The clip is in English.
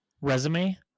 resume